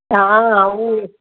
हां हां ऊएं